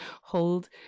hold